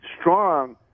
strong